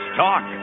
talk